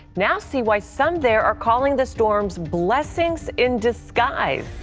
now see why some there are calling the storms blessings in disguise.